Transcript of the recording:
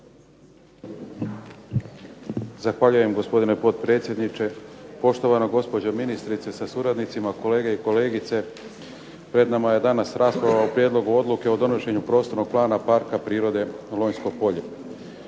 Zahvaljujem gospodine potpredsjedniče, poštovana gospođo ministrice sa suradnicima, kolege i kolegice. Pred nama je danas rasprava o Prijedlogu odluke o donošenju prostornog plana Parka prirode Lonjsko polje.